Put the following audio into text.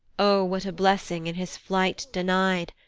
o what a blessing in his flight deny'd!